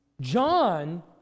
John